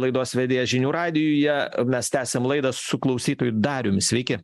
laidos vedėjas žinių radijuje mes tęsiam laidą su klausytoju darium sveiki